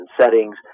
settings